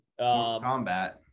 Combat